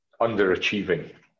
underachieving